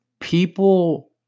People